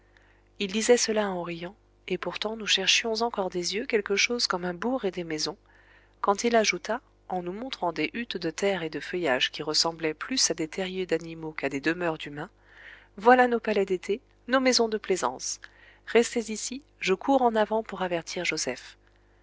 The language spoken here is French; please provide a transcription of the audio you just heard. il disait cela en riant et pourtant nous cherchions encore des yeux quelque chose comme un bourg et des maisons quand il ajouta en nous montrant des huttes de terre et de feuillage qui ressemblaient plus à des terriers d'animaux qu'à des demeures d'humains voilà nos palais d'été nos maisons de plaisance restez ici je cours en avant pour avertir joseph